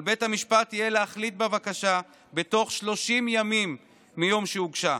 על בית המשפט יהיה להחליט בבקשה בתוך 30 ימים מיום שהוגשה.